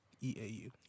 E-A-U